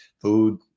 food